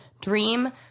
dream